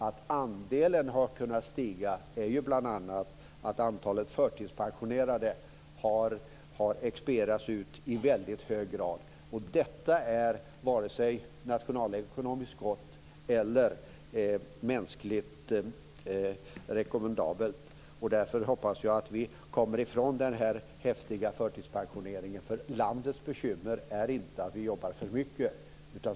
Att andelen har kunnat stiga beror bl.a. på att antalet förtidspensionerade har ökat i väldigt hög grad. Detta är varken nationalekonomiskt gott eller mänskligt rekommendabelt, och därför hoppas jag att vi kommer ifrån den här häftiga förtidspensioneringen. Landets bekymmer är nämligen inte att vi jobbar för mycket.